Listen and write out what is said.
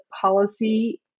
policy